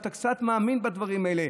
שאתה קצת מאמין בדברים האלה,